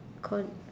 called